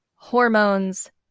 hormones